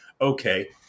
okay